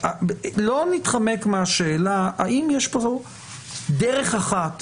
לא נתחמק מהשאלה האם יש פה דרך אחת